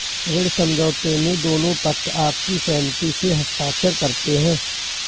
ऋण समझौते में दोनों पक्ष आपसी सहमति से हस्ताक्षर करते हैं